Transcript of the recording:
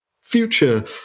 future